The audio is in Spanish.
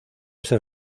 ser